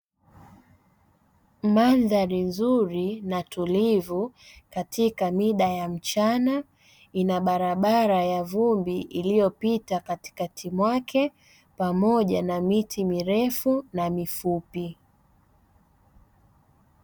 Mandhari nzuri na tulivu katika mida ya mchana ina barabara ya vumbi, iliyopita katikati mwake pamoja na miti mirefu na mifupi.